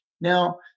Now